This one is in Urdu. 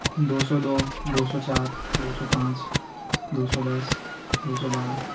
دو سو دو دو سو چار دو سو پانچ دو سو دس دو سو بارہ